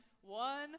one